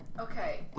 Okay